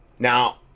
Now